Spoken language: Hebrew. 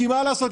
כי מה לעשות,